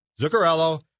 Zuccarello